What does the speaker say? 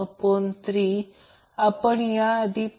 phase current त्याच्या संबंधित phase voltage पेक्षा ने लॅगींग आहे